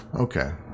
Okay